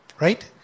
right